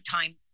time